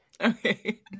okay